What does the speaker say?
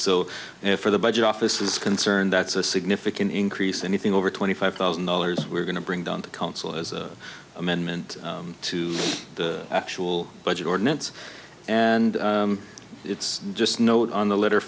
if for the budget office is concerned that's a significant increase anything over twenty five thousand dollars we're going to bring down the council as an amendment to the actual budget ordinance and it's just note on the letter